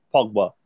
Pogba